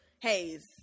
haze